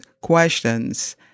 questions